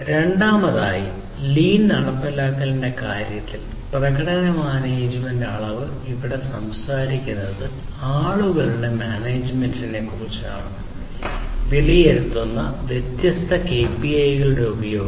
രണ്ടാമതായി ലീൻ നടപ്പാക്കലിന്റെ കാര്യത്തിൽ പ്രകടന മാനേജ്മെന്റ് അളവ് ഇവിടെ സംസാരിക്കുന്നത് ആളുകളുടെ മാനേജ്മെന്റിനെക്കുറിച്ചാണ് വിലയിരുത്തുന്നതിന് വ്യത്യസ്ത KPI കളുടെ ഉപയോഗം